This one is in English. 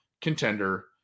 contender